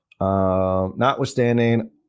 Notwithstanding